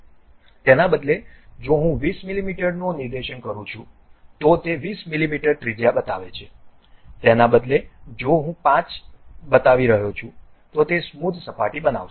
તેના બદલે જો હું 20 મીમીનો નિર્દેશન કરું છું તો તે 20 મીમી ત્રિજ્યા બતાવે છે તેના બદલે જો હું 5 બતાવી રહ્યો છું તો તે સ્મૂથ્ સપાટી બનાવશે